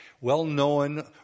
Well-known